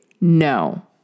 no